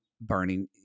Burning